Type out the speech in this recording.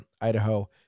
Idaho